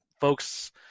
folks